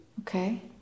Okay